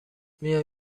میای